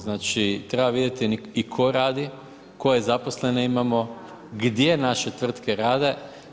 Znači treba vidjeti i tko radi, koje zaposlene imamo, gdje naše tvrtke rade.